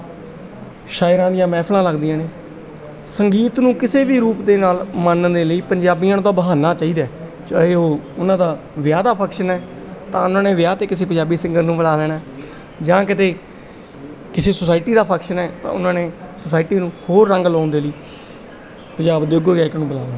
ਸ਼ਾਇਰਾਂ ਦੀਆਂ ਮਹਿਫ਼ਲਾਂ ਲੱਗਦੀਆਂ ਨੇ ਸੰਗੀਤ ਨੂੰ ਕਿਸੇ ਵੀ ਰੂਪ ਦੇ ਨਾਲ ਮਾਣਨ ਦੇ ਲਈ ਪੰਜਾਬੀਆਂ ਨੂੰ ਤਾਂ ਬਹਾਨਾ ਚਾਹੀਦਾ ਚਾਹੇ ਉਹ ਉਹਨਾਂ ਦਾ ਵਿਆਹ ਦਾ ਫਕਸ਼ਨ ਹੈ ਤਾਂ ਉਹਨਾਂ ਨੇ ਵਿਆਹ 'ਤੇ ਕਿਸੇ ਪੰਜਾਬੀ ਸਿੰਗਰ ਨੂੰ ਬੁਲਾ ਲੈਣਾ ਜਾਂ ਕਿਤੇ ਕਿਸੇ ਸੋਸਾਇਟੀ ਦਾ ਫਕਸ਼ਨ ਹੈ ਤਾਂ ਉਹਨਾਂ ਨੇ ਸੋਸਾਇਟੀ ਨੂੰ ਹੋਰ ਰੰਗ ਲਾਉਣ ਦੇ ਲਈ ਪੰਜਾਬ ਦੇ ਉੱਘੇ ਗਾਇਕਾਂ ਨੂੰ ਬੁਲਾ ਲੈਣਾ